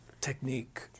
Technique